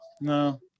No